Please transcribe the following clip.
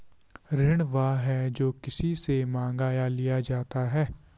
ऋण वह है, जो किसी से माँगा या लिया जाता है